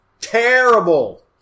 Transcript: terrible